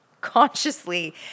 consciously